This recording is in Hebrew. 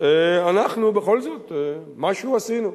אנחנו בכל זאת משהו עשינו.